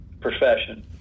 profession